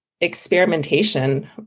experimentation